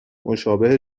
مشابه